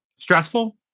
Stressful